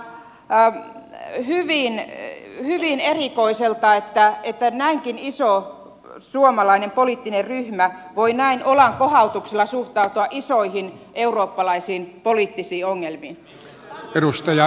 tämä kuulostaa todella hyvin erikoiselta että näinkin iso suomalainen poliittinen ryhmä voi näin olankohautuksella suhtautua isoihin eurooppalaisiin poliittisiin ongelmiin